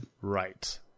Right